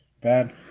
bad